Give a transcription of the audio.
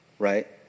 Right